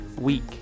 week